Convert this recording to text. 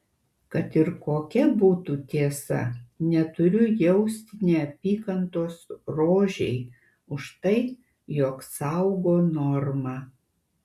kad ir kokia būtų tiesa neturiu jausti neapykantos rožei už tai jog saugo normą